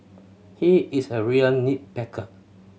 he is a real nit picker